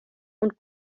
und